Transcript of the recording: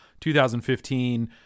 2015